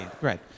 Great